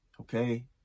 Okay